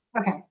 Okay